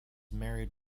married